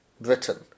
Britain